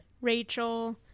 Rachel